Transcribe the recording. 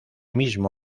mismo